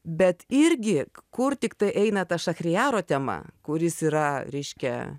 bet irgi kur tiktai eina ta šachrijaro tema kuris yra reiškia